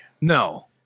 No